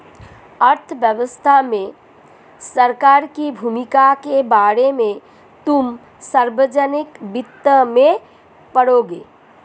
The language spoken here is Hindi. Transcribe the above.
अर्थव्यवस्था में सरकार की भूमिका के बारे में तुम सार्वजनिक वित्त में पढ़ोगे